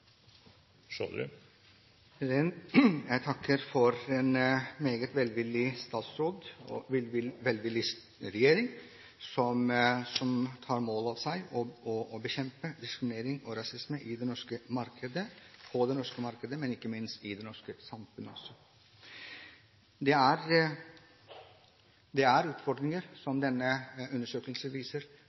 regjering, som tar mål av seg å bekjempe diskriminering og rasisme i det norske arbeidsmarkedet, men ikke minst også i det norske samfunnet. Det er utfordringer, som denne undersøkelsen viser, mens andre ting viser at mye fungerer veldig bra i det norske samfunnet. Vi må se på hva som ikke virker, samtidig som